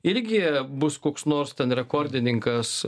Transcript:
irgi bus koks nors ten rekordininkas